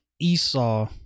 Esau